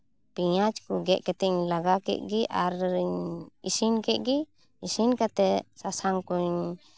ᱯᱮᱸᱭᱟᱡᱽ ᱠᱚ ᱜᱮᱫ ᱠᱟᱛᱮᱧ ᱞᱟᱜᱟᱣ ᱠᱮᱫ ᱜᱮ ᱟᱨᱤᱧ ᱤᱥᱤᱱ ᱠᱮᱫ ᱜᱮ ᱤᱥᱤᱱ ᱠᱟᱛᱮᱫ ᱥᱟᱥᱟᱝ ᱠᱚᱧ